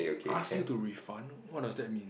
ask you to refund what does that mean